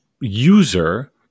user